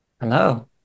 Hello